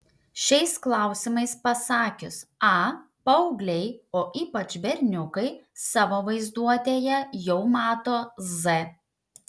šiais klausimais pasakius a paaugliai o ypač berniukai savo vaizduotėje jau mato z